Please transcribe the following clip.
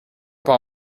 par